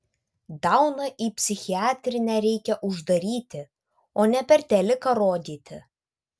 dauną į psichiatrinę reikia uždaryti o ne per teliką rodyti